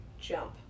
jump